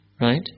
right